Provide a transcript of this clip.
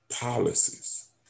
policies